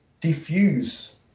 diffuse